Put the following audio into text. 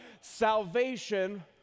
Salvation